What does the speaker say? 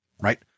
Right